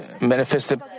manifested